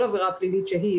כל עבירה פלילית שהיא,